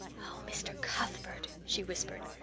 mr. cuthbert, she whispered,